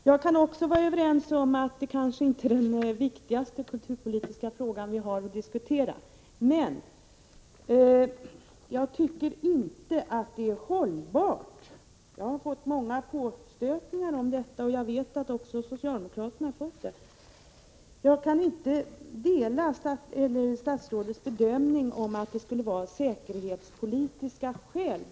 Jag kan också vara överens om att detta kanske inte är den viktigaste kulturpolitiska fråga vi har att diskutera, men jag tycker inte att det är hållbart — och jag har fått många påstötningar om detta och vet att också socialdemokraterna har fått det — och jag kan inte dela statsrådets bedömning att det här gäller säkerhetsskäl.